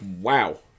Wow